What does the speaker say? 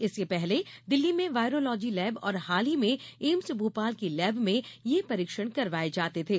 इसके पहले दिल्ली की वायरोलहजी लैब और हाल ही में एम्स भोपाल की लैब में ये परीक्षण करवाये जाते थे